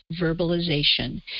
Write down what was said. verbalization